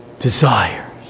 desires